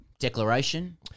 Declaration